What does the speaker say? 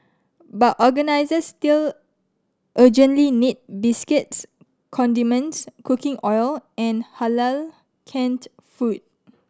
but organisers still urgently need biscuits condiments cooking oil and Halal canned food